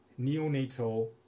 neonatal